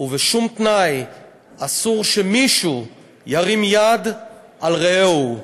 ובשום תנאי אסור שמישהו ירים יד על רעהו,